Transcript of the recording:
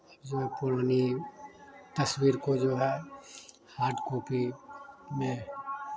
इसमें पुरानी तस्वीर को जो है हार्ड कॉपी में